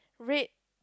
red